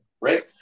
right